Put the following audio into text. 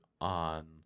on